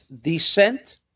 descent